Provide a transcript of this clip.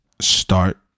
Start